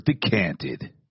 decanted